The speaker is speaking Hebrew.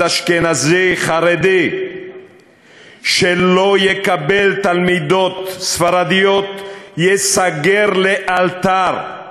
אשכנזי חרדי שלא יקבל תלמידות ספרדיות ייסגר לאלתר,